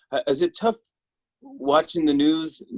is it tough watching the news?